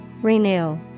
Renew